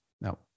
now